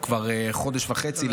כבר חודש וחצי,